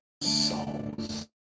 souls